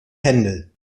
hände